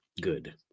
Good